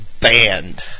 banned